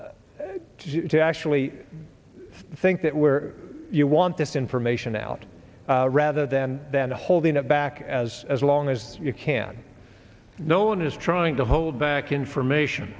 to actually think that where you want this information out rather than than holding it back as as long as you can no one is trying to hold back information